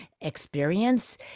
experience